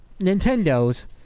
Nintendo's